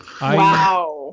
wow